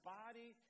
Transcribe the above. body